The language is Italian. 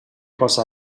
cosa